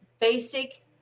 basic